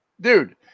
dude